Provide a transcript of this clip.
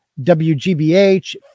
WGBH